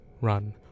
run